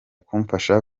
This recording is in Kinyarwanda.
kumfasha